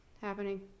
happening